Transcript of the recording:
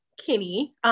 Kinney